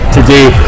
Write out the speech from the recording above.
today